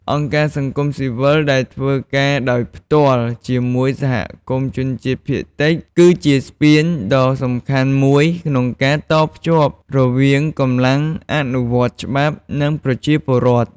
អង្គការសង្គមស៊ីវិលដែលធ្វើការដោយផ្ទាល់ជាមួយសហគមន៍ជនជាតិភាគតិច គឺជាស្ពានដ៏សំខាន់មួយក្នុងការតភ្ជាប់រវាងកម្លាំងអនុវត្តច្បាប់ និងប្រជាពលរដ្ឋ។